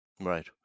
right